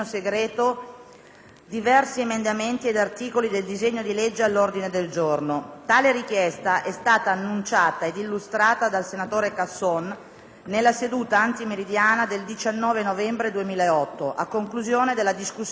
diversi emendamenti ed articoli del disegno di legge all'ordine del giorno. Tale richiesta è stata annunciata ed illustrata dal senatore Casson nella seduta antimeridiana del 19 novembre 2008, a conclusione della discussione generale.